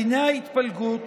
דיני ההתפלגות